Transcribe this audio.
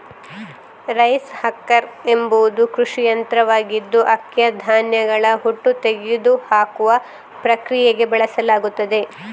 rice husker ಎಂಬುದು ಕೃಷಿ ಯಂತ್ರವಾಗಿದ್ದು ಅಕ್ಕಿಯ ಧಾನ್ಯಗಳ ಹೊಟ್ಟು ತೆಗೆದುಹಾಕುವ ಪ್ರಕ್ರಿಯೆಗೆ ಬಳಸಲಾಗುತ್ತದೆ